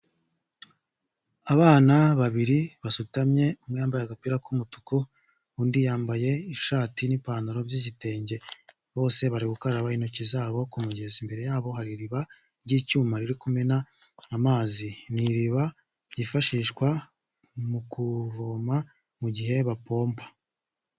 Abana babiri basutamye umwe yambaye agapira k'umutuku undi yambaye ishati n'ipantaro by'igitenge, bose bari gukaraba intoki zabo kumugezi, imbere yabo hari iriba ry'icyuma riri kumena amazi, iriba ryifashishwa mu kuvoma mu gihe bapomba.